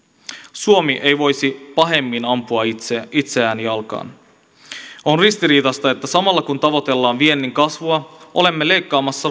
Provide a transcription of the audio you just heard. suomi ei voisi pahemmin ampua itseään jalkaan on ristiriitaista että samalla kun tavoitellaan viennin kasvua olemme leikkaamassa